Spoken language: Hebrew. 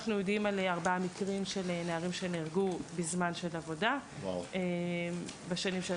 אנחנו יודעים על ארבעה מקרים של נערים שנהרגו בזמן של עבודה בשנים של